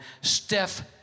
Steph